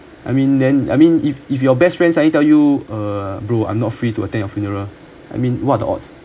I mean then I mean if if your best friends suddenly tell you uh bro I'm not free to attend your funeral I mean what odds